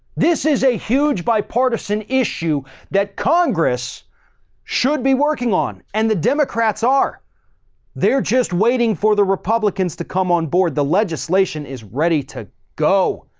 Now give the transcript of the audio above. this is a huge bipartisan issue that congress should be working on and the democrats are there just waiting for the republicans to come on board. the legislation is ready to go